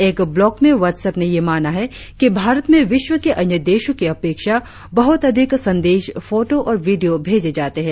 एक ब्लॉग में व्हाट्सऐप ने यह माना है कि भारत में विश्व के अन्य देशों की अपेक्षा बहुत अधिक संदेश फोटों और वीडियों भेजे जाते हैं